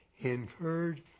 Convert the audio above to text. incurred